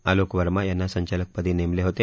आलोक वर्मा यांना संचालकपदी नेमले होते